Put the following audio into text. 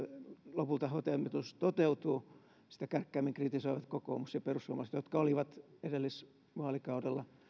lopulta hoitajamitoitus toteutuu ovat kärkkäimmin kritisoimassa kokoomus ja perussuomalaiset jotka olivat edellisvaalikaudella